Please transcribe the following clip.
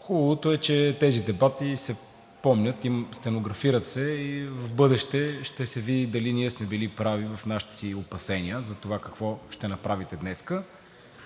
Хубавото е, че тези дебати се помнят, стенографират се и в бъдеще ще се види дали ние сме били прави в нашите си опасения затова какво ще направите днес,